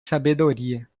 sabedoria